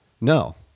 no